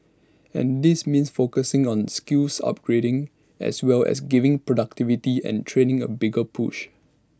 and this means focusing on skills upgrading as well as giving productivity and training A bigger push